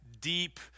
deep